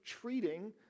treating